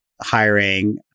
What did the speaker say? hiring